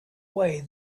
way